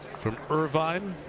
from irvine.